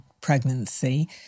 pregnancy